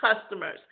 customers